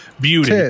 beauty